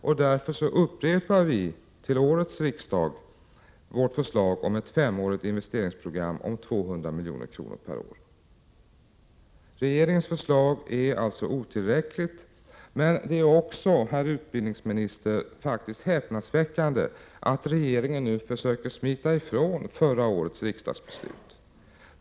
Vi upprepar därför till årets riksdag vårt förslag om ett femårigt investeringsprogram om 200 milj.kr. per år. Regeringens förslag är otillräckligt. Det är också, herr utbildningsminister, häpnadsväckande att regeringen nu försöker smita från förra årets riksdagsbeslut.